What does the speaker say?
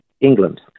England